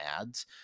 ads